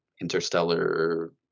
interstellar